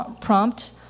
prompt